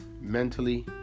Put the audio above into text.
mentally